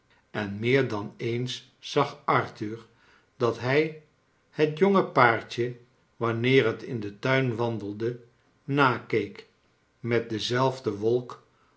en meer dan eens zag arthur dat hij het jonge paartje wanneer het in den tuin wandelde nakeek met dezelfde wolk